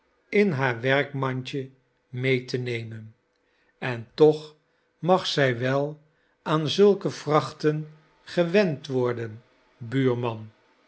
in haar werkmandje mee te nemen en toch mag zij wel aan zulke vrachten gewend worden buurman